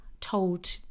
told